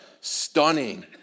stunning